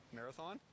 Marathon